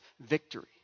victory